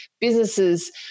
businesses –